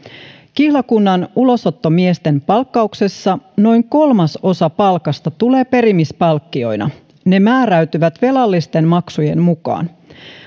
kihlakunnanulosottomiesten palkkauksessa noin kolmasosa palkasta tulee perimispalkkioina ne määräytyvät velallisten maksujen mukaan